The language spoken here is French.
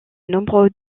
nombreux